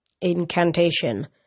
incantation